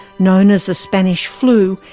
known as the spanish flu,